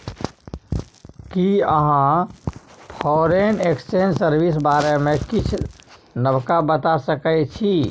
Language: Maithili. कि अहाँ फॉरेन एक्सचेंज सर्विस बारे मे किछ नबका बता सकै छी